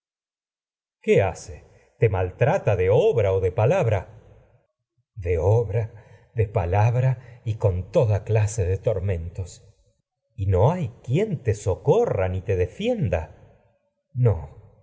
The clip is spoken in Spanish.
qué hace maltrata de palabra electra tormentos de obra de palabra y con toda clase de orestes y electra convertido no hay quien te pues uno socorra ni te defienda me no